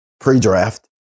pre-draft